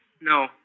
No